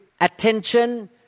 attention